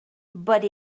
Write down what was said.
but